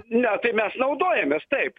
ne tai mes naudojamės taip